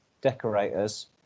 decorators